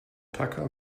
tacker